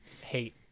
hate